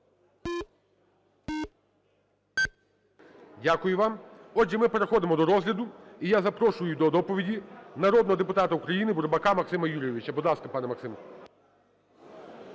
Дякую вам. Отже, ми переходимо до розгляду. І я запрошую до доповіді народного депутата України Бурбака Максима Юрійовича. Будь ласка, пан Максим.